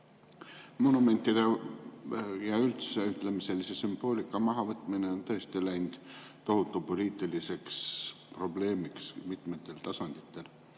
Monumentide ja üldse, ütleme, sellise sümboolika mahavõtmine on tõesti läinud tohutu poliitiliseks probleemiks mitmetel tasanditel.